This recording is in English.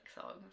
songs